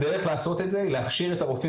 הדרך לעשות את זה היא להכשיר את הרופאים